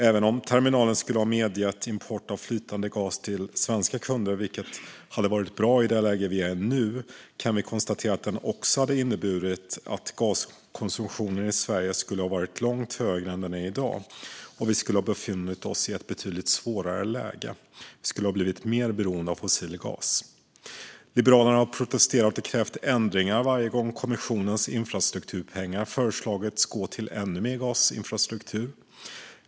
Även om terminalen skulle ha medgett import av flytande gas till svenska kunder, vilket hade varit bra i det läge vi nu är i, kan vi konstatera att den också hade inneburit att gaskonsumtionen i Sverige skulle ha varit långt högre än den är i dag och att vi skulle ha befunnit oss i ett betydligt svårare läge. Vi skulle ha blivit mer beroende av fossil gas. Liberalerna har protesterat och krävt ändringar varje gång kommissionens infrastrukturpengar föreslagits gå till ännu mer gasinfrastruktur.